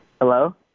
Hello